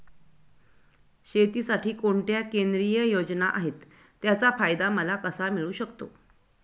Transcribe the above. शेतीसाठी कोणत्या केंद्रिय योजना आहेत, त्याचा फायदा मला कसा मिळू शकतो?